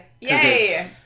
Yay